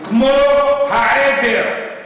כמו העדר.